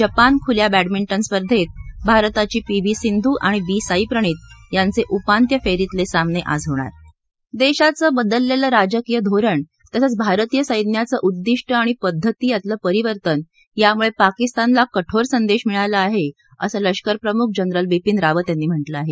Japan खुल्या badminton स्पर्धेत भारताची पी व्ही सिंधू आणि बी साई प्रणीत यांचे उपांत्यफेरीतले सामने आज होणार देशाचं बदललेलं राजकीय धोरण तसंच भारतीय सैन्याचं उद्दिष्ट आणि पद्धती यातलं परिवर्तन यामुळे पाकिस्तानला कठोर संदेश मिळाला आहे असं लष्करप्रमुख जनरल बिपिन रावत यांनी म्हटलं आहे